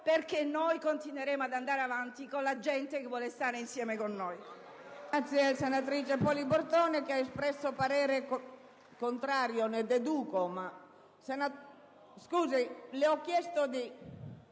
Governo: noi continueremo ad andare avanti con la gente che vuole stare insieme con noi.